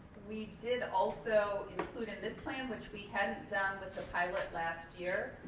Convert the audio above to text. we did also include in this plan, which we hadn't done with the pilot last year,